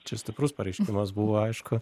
čia stiprus pareiškimas buvo aišku